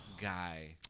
guy